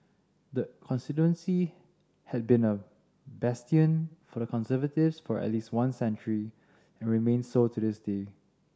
the constituency had been a bastion for the Conservatives for at least one century and remains so to this day